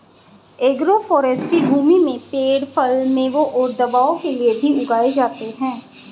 agroforestry भूमि में पेड़ फल, मेवों और दवाओं के लिए भी उगाए जाते है